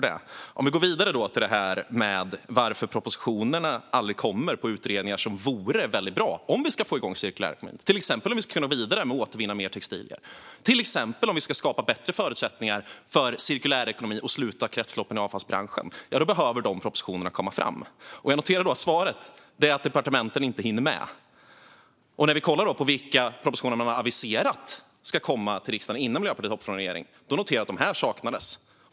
Låt oss då gå vidare till varför propositionerna baserade på utredningar aldrig kommer, propositioner som vore väldigt bra om vi ska få igång cirkulär ekonomi - till exempel om vi ska kunna gå vidare med att återvinna mer textilier, till exempel om vi ska skapa bättre förutsättningar för cirkulär ekonomi och sluta kretsloppen i avfallsbranschen. Då behöver dessa propositioner komma fram. Jag noterar att svaret är att departementen inte hinner med. När vi då kollar på vilka propositioner man hade aviserat skulle komma till riksdagen innan Miljöpartiet hoppade av regeringen kan vi notera att dessa saknades.